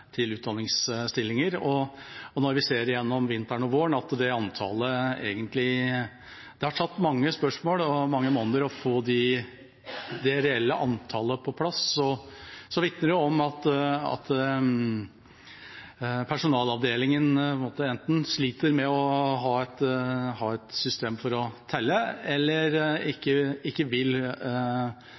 mange utdanningsstillinger som er i omløp ved Oslo Universitetssykehus. Når vi ser at det gjennom vinteren og våren har tatt mange spørsmål og måneder for å få det reelle antallet på plass, vitner det om at personalavdelingen enten sliter med å ha et system for å telle, eller ikke vil